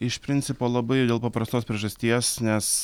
iš principo labai dėl paprastos priežasties nes